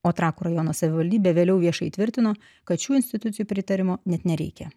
o trakų rajono savivaldybė vėliau viešai tvirtino kad šių institucijų pritarimo net nereikia